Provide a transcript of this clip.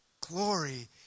glory